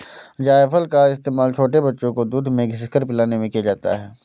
जायफल का इस्तेमाल छोटे बच्चों को दूध में घिस कर पिलाने में किया जाता है